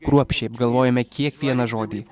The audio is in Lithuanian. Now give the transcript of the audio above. kruopščiai apgalvojome kiekvieną žodį